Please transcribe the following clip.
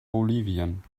bolivien